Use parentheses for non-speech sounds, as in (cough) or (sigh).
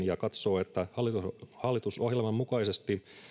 (unintelligible) ja katsoo että hallitusohjelman mukaisesti